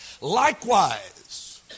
Likewise